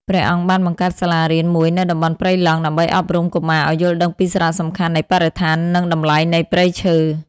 ព្រះអង្គបានបង្កើតសាលារៀនមួយនៅតំបន់ព្រៃឡង់ ដើម្បីអប់រំកុមារឱ្យយល់ដឹងពីសារៈសំខាន់នៃបរិស្ថាន និងតម្លៃនៃព្រៃឈើ។